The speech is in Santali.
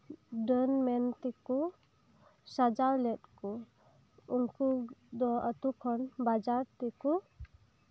ᱰᱟᱹᱱ ᱢᱮᱱᱛᱮᱠᱚ ᱥᱟᱡᱟᱣ ᱞᱮᱫ ᱠᱚ ᱩᱱᱠᱩ ᱫᱚ ᱟᱹᱛᱳ ᱠᱷᱚᱱ ᱵᱟᱡᱟᱨ ᱛᱮᱠᱚ